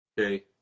okay